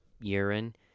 urine